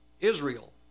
Israel